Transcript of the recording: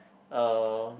oh